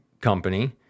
company